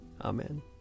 Amen